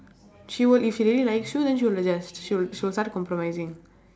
she will if she really likes you then she will adjust she'll she will start compromising